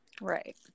right